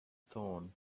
thorn